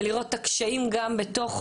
ולראות את הקשיים גם בתוכו.